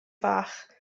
fach